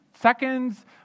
seconds